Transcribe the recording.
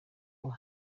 ngo